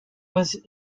was